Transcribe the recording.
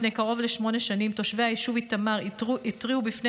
לפני קרוב לשמונה שנים תושבי איתמר התריעו בפני